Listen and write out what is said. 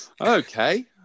Okay